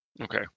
Okay